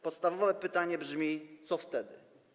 Podstawowe pytanie brzmi: Co wtedy?